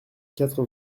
quatre